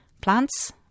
plants